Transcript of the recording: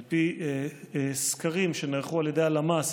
על פי סקרים שנערכו על ידי הלמ"ס,